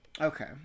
Okay